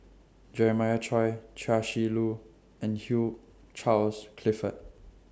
Jeremiah Choy Chia Shi Lu and Hugh Charles Clifford